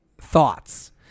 thoughts